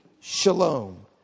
shalom